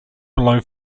below